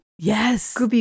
Yes